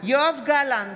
יואב גלנט,